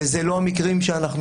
ואלה לא המקרים שאנחנו